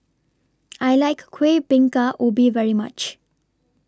I like Kuih Bingka Ubi very much